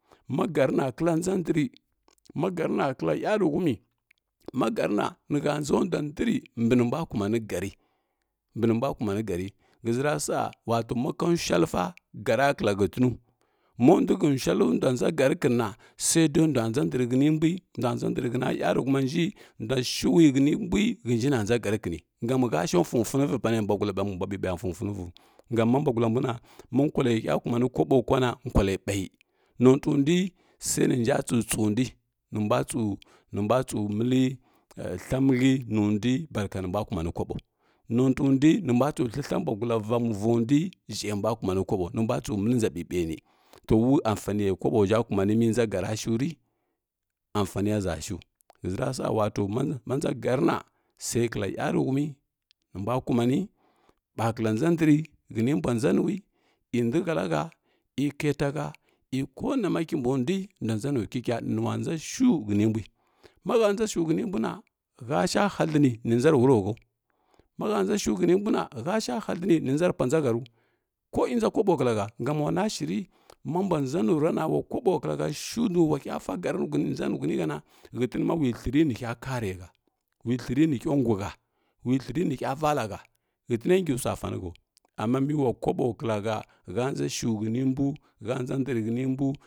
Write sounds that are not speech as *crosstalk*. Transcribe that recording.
Masəri na kla nʒa ndri ma sərina kla yaruhumi ma gəri na nihə nʒa ndum ndri mbinimbua kumani gəri mbinimbua kumani gəra ghəzi ra sa wato makanshualəsa gəra kla həntinu monduihə shualə na nʒa gəri kinina sai dai ndua nʒa ndri hənindui ndua nʒa ndr həna yurutumanji ndua shui nəni mbui ghənji na nza gərikinə gam hə sha sunfuniva pane baglambua ɓiɓaya fun foni vu gamma mbuagalambuna ma kualə hə kumni gamma mbugulambuna ma kuwa lə hə kumni kobo kwana kwalə ɓayi notui ndui sainatsu tsaundui nimbua tsu, nimbua tsu məli *hesitation* thəmigɦə nundui barka nimbua kumai kobo notundui minimbua tsu thəi thə *hesitation* bwagula vandui shəmbua kumani kobo nimbua tsu məli nʒa bibaini to ulamsaniye kobo ʒhə kumani menʒa gəna shire amfaniyaʒashu ghəzirasa wato ma nʒa sərina sai klo yaruhumi ni ubua kuman ɓa kla nʒa ndri həni mbua nʒa nuwi yei nduhəlahə ei kaitaha ei konama hinbundui nanʒa nukəkə ninuwa nʒa shui həni mbui mahə nʒa shu həni mbuna həsha haləni ninʒa re ulurrəhəu mahə nʒa shu təni mbu na halsha haləni ni nʒa re pulanʒa həru ko inja koɓo klahə sam ulana shiri ma mbua nʒanurana ulakoɓo klahə shunu mahəfa səri renʒanu huni həna ghətin ma we thəri nihə kare hə ule thəri nihə nguhə ule thəri nihə vala hə ghətinsi sua sanihəu amma mewa koɓo kla hə hə nʒa shuhəni mbu kənʒa ndui həni mbu.